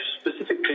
specifically